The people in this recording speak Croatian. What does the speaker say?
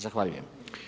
Zahvaljujem.